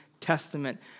Testament